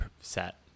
set